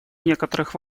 некоторых